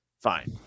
fine